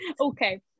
Okay